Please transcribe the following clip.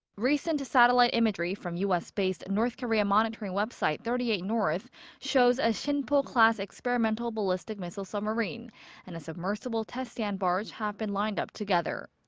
recent satellite imagery from u s based and north korea monitoring website thirty eight north shows a sinpo class experimental ballistic missile submarine and a submersible test stand barge have been lined up together.